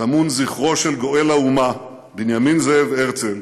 טמון זכרו של גואל האומה, בנימין זאב הרצל,